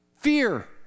fear